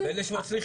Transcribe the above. נכון.